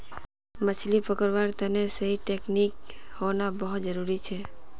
मछली पकड़वार तने सही टेक्नीक होना बहुत जरूरी छ